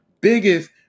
biggest